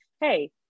hey